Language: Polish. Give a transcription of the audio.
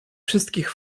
wszystkich